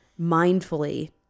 mindfully